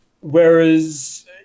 Whereas